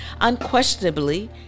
Unquestionably